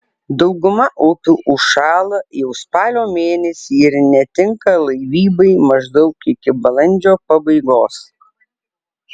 dauguma upių užšąla jau spalio mėnesį ir netinka laivybai maždaug iki balandžio pabaigos